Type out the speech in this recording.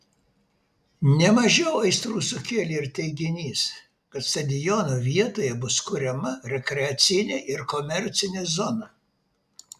ne mažiau aistrų sukėlė ir teiginys kad stadiono vietoje bus kuriama rekreacinė ir komercinė zona